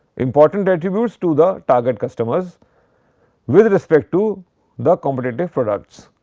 important attributes to the target customers with respect to the competitive products.